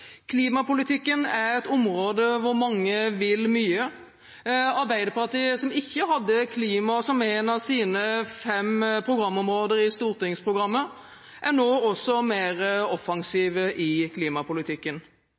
ikke hadde klima som ett av sine fem programområder i stortingsprogrammet, er nå også mer offensive i klimapolitikken.